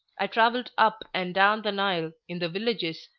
i travelled up and down the nile, in the villages,